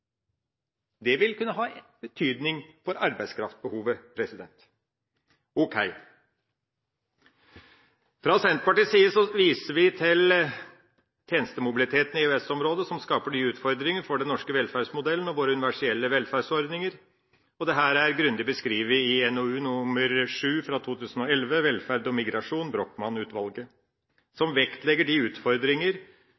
Det vil kunne ha betydning for arbeidskraftbehovet. Fra Senterpartiets side viser vi til tjenestemobiliteten i EØS-området som skaper nye utfordringer for den norske velferdsmodellen og våre universelle velferdsordninger. Dette er grundig beskrevet i NOU 2011: 7, Velferd og migrasjon